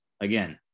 Again